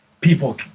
people